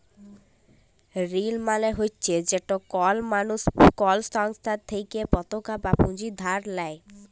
ঋল মালে হছে যেট কল মালুস কল সংস্থার থ্যাইকে পতাকা বা পুঁজি ধার লেই